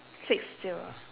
six table